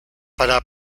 para